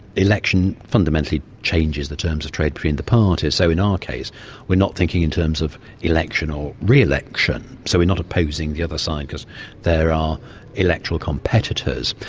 election fundamentally changes the terms of trade between the parties, so in our case we're not thinking in terms of election or re-election, so we're not opposing the other side because they're electoral competitors.